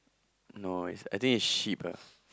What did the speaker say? no it's uh I think is sheep ah